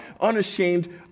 unashamed